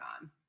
on